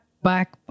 back